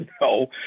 No